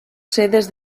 sedes